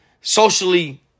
socially